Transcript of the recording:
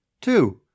Two